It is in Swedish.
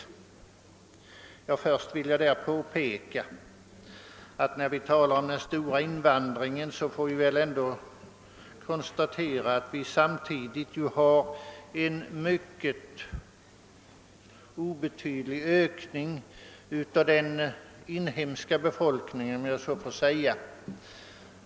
Jag vill först påpeka när det gäller den stora invandringen att det samtidigt sker en mycket obetydlig ökning av den inhemska befolkningen.